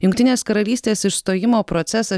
jungtinės karalystės išstojimo procesas